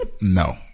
No